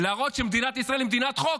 להראות שמדינת ישראל היא מדינת חוק,